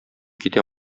китә